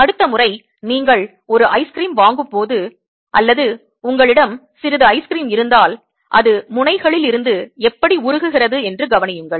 அடுத்த முறை நீங்கள் ஒரு ஐஸ்கிரீம் வாங்கும் போது அல்லது உங்களிடம் சிறிது ஐஸ்கிரீம் இருந்தால் அது முனைகளில் இருந்து எப்படி உருகுகிறது என்று கவனியுங்கள்